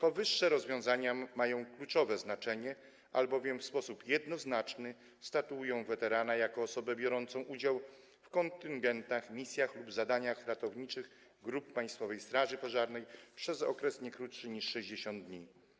Powyższe rozwiązania mają kluczowe znaczenie, albowiem w sposób jednoznaczny statuują weterana jako osobę biorącą udział w działaniach w ramach kontyngentów, misji lub zadań ratowniczych grup Państwowej Straży Pożarnej przez okres nie krótszy niż 60 dni.